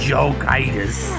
Jokeitis